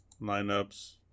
lineups